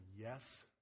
yes